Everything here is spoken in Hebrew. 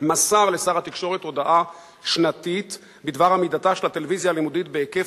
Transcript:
מסר לשר התקשורת הודעה שנתית בדבר עמידתה של הטלוויזיה הלימודית בהיקף